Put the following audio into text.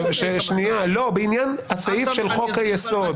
בעניין הסעיף של חוק היסוד.